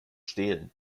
stehlen